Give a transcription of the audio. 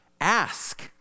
ask